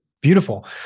Beautiful